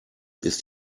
ist